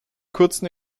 kurzen